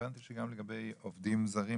הבנתי שגם לגבי עובדים זרים,